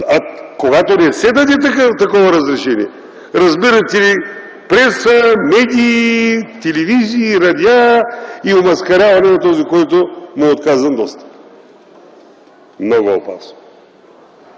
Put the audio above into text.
Когато не се даде такова разрешение, разбирате – преса, медии, телевизии, радиа и омаскаряване на този, на който му е отказан достъп. Много е опасно